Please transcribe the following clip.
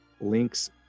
links